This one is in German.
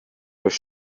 durch